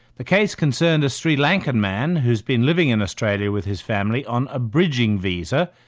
the case concerned a sri lankan man who's been living in australia with his family on a bridging visa,